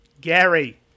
Gary